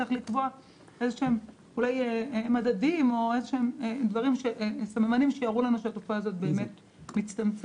צריך לקבוע מדדים או סממנים שיראו לנו שהתופעה הזאת באמת מצטמצמת.